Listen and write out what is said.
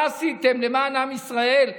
מה עשיתם למען עם ישראל,